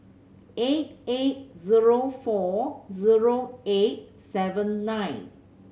eight eight zero four zero eight seven nine